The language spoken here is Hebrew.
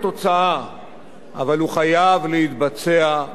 אבל הוא חייב להתבצע באופן הדרגתי.